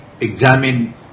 examine